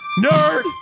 Nerd